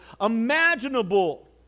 imaginable